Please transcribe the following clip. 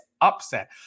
upset